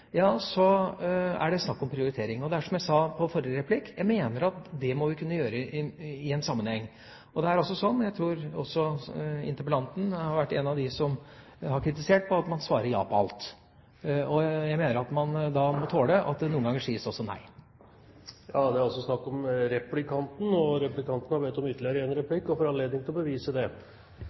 ja til alt. Jeg mener at da må man tåle at det noen ganger også sies nei. Det er altså snakk om replikanten. Replikanten har bedt om ytterligere en replikk og får anledning til å bevise det.